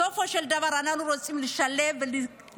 בסופו של דבר אנחנו רוצים לשלב ולקדם.